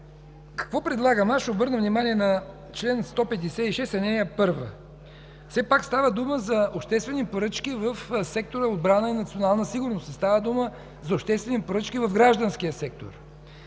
Какво предлагам? Ще обърна внимание на чл. 156, ал. 1. Става дума за обществени поръчки в сектора „Отбрана и национална сигурност”, не става дума за обществени поръчки в гражданския сектор.